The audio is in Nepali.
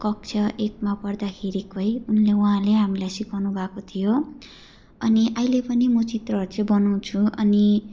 कक्षा एकमा पढ्दाखेरिकै उनले उहाँले हामीलाई सिकाउनु भएको थियो अनि अहिले पनि म चित्रहरू चाहिँ बनाउँछु अनि